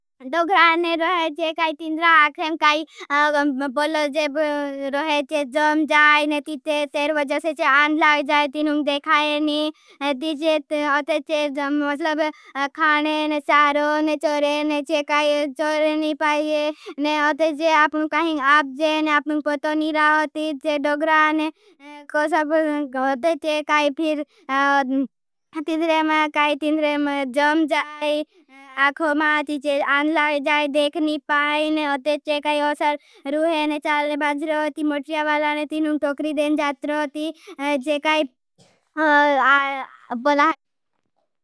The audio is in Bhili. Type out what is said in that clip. दोग्राने रोहे जे काई तीन्द्रा आखें काई बोलो जे रोहे जे जम जाई। ने तीचे तेर वजसे जे आंध लावजाई तीनुंग देखाये नी तीचे अथेचे। जम मतलब खाने ने चारो ने चोरे ने चे काई चोरे नी पाईजे ने अथेचे। आपनु काहिंग आप जे ने आपनु पतो नी रा उती जे दोग्राने को सब उतेचे। काई फिर तीन्द्रा में काई तीन्द्रा में जम जाई आखो माँ तीचे आंध लावजाई देखनी पाई ने अथेचे। काई उसल रुहे ने चाल ने बाज रहती मत्रिया बाला ने तीनुं टोकरी देन जात रहती चे काई बलाई।